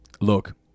Look